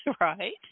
right